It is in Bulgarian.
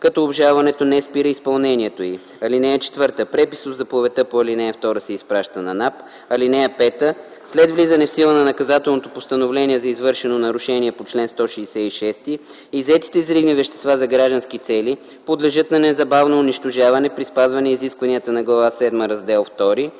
като обжалването не спира изпълнението й. (4) Препис от заповедта по ал. 2 се изпраща на НАП. (5) След влизането в сила на наказателното постановление за извършено нарушение по чл. 166 иззетите взривни вещества за граждански цели подлежат на незабавно унищожаване при спазване изискванията на глава седма, раздел ІІ